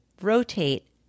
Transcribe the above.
rotate